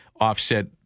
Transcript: offset